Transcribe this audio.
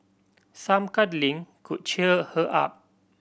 some cuddling could cheer her up